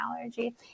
allergy